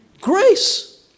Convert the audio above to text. Grace